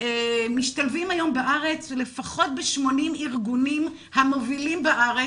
משתלבים היום בארץ לפחות ב-80 ארגונים המובילים בארץ.